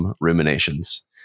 Ruminations